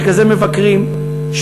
מרכזי מבקרים,